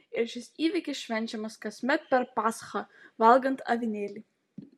ir šis įvykis švenčiamas kasmet per paschą valgant avinėlį